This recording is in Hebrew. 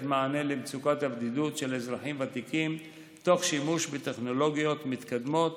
מענה למצוקת הבדידות של אזרחים ותיקים תוך שימש בטכנולוגיות מתקדמות,